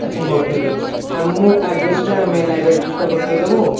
ଆଚ୍ଛା ହଉ ଠିକ୍ ଅଛି ଆ ମୁଁ ଆଡ଼୍ରେସ୍ଟା ଆମେ ଲାଇଭ୍ ଆଡ଼୍ରେସ୍ଟା ପଠେଇଦବୁ ଆଉ